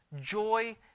joy